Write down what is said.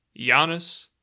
Giannis